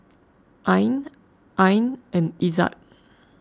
Ain Ain and Izzat